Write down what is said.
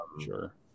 sure